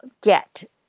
get